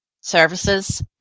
services